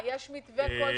הנושא הזה של מתווה תעופה